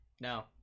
No